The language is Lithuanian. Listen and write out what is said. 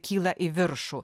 kyla į viršų